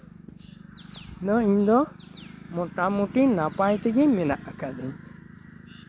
ᱱᱚᱣᱟ ᱤᱧ ᱫᱚ ᱢᱳᱴᱟᱢᱩᱴᱤ ᱱᱟᱯᱟᱭ ᱛᱮᱜᱮ ᱢᱮᱱᱟᱜ ᱠᱟᱫᱤᱧᱟᱹ